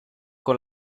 con